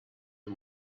and